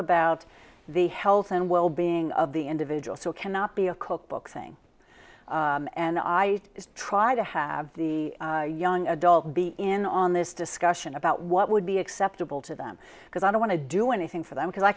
about the health and well being of the individual so cannot be a cookbook thing and i try to have the young adult be in on this discussion about what would be acceptable to them because i don't want to do anything for them because i